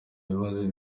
bibanze